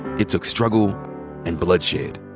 it took struggle and bloodshed.